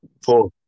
four